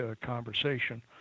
conversation